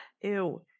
ew